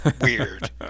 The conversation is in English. weird